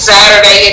Saturday